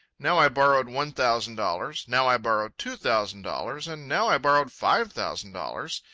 now i borrowed one thousand dollars, now i borrowed two thousand dollars, and now i borrowed five thousand dollars.